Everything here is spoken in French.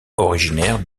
originaire